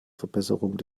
verbesserung